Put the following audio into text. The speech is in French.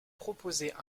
proposer